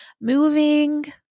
moving